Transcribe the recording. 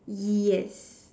yes